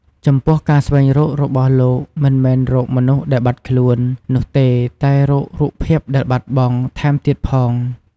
ចំពោះការស្វែងរករបស់លោកមិនមែនរក "មនុស្សដែលបាត់ខ្លួន" នោះទេតែរក "រូបភាពដែលបាត់បង់"ថែមទៀតផង។